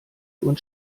und